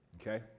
okay